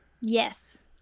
Yes